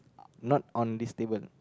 not on this table